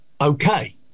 okay